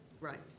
Right